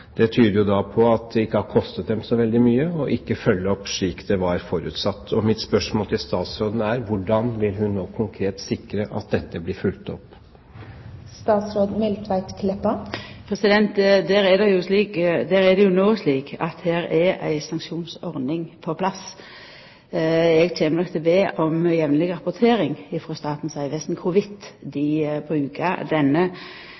Det tyder på at det ikke har kostet dem så veldig mye ikke å følge opp slik det var forutsatt. Mitt spørsmål til statsråden er: Hvordan vil hun nå konkret sikre at dette blir fulgt opp? Der er det no slik at ei sanksjonsordning er på plass. Eg kjem nok til å be om jamleg rapportering frå Statens vegvesen om dei brukar denne